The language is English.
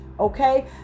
Okay